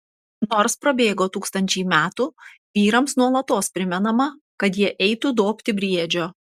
nors prabėgo tūkstančiai metų vyrams nuolatos primenama kad jie eitų dobti briedžio